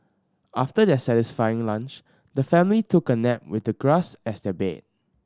after their satisfying lunch the family took a nap with the grass as their bed